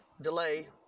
delay